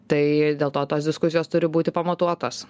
tai dėl to tos diskusijos turi būti pamatuotos